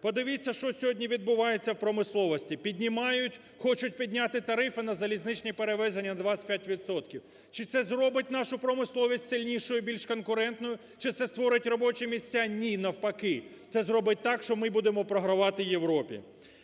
Подивіться, що сьогодні відбувається в промисловості: піднімають, хочуть підняти тарифи на залізничні перевезення на 25відсотків. Чи це зробить нашу промисловість сильнішою і більш конкурентною, чи це створить робочі місця? Ні, навпаки, це зробить так, що ми будемо програвати Європі.